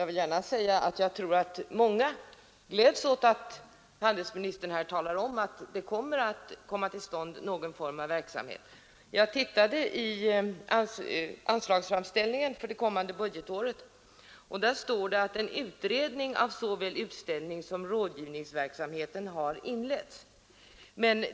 Herr talman! Jag tror att många gläds åt detta handelsministerns besked att det ändå kommer att bli någon form av informationsverksamhet i fortsättningen. I anslagsframställningen för det kommande budgetåret står det att en utredning av såväl utställningssom rådgivningsverksamheten har inletts.